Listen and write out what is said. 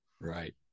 Right